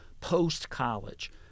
post-college